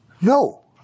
No